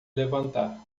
levantar